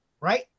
Right